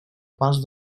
pas